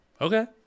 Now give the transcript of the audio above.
Okay